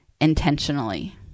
intentionally